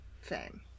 fame